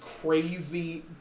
crazy